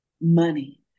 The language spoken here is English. money